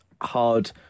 hard